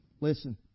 Listen